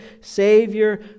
Savior